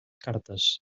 cartes